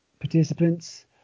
participants